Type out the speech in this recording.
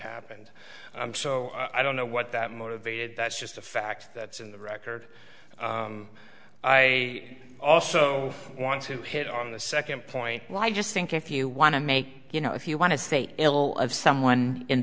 happened so i don't know what that motivated that's just a fact that's in the record i also want to hit on the second point well i just think if you want to make you know if you want to say ill of someone in